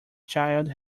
child